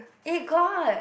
eh got